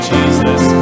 Jesus